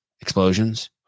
explosions